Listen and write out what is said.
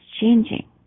changing